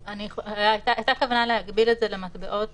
הייתה כוונה להגביל את זה למטבעות